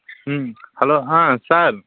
ம் ஹலோ ஹான் சார்